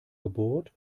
geburt